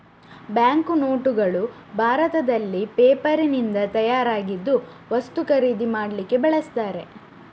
bank ನೋಟುಗಳು ಭಾರತದಲ್ಲಿ ಪೇಪರಿನಿಂದ ತಯಾರಾಗಿದ್ದು ವಸ್ತು ಖರೀದಿ ಮಾಡ್ಲಿಕ್ಕೆ ಬಳಸ್ತಾರೆ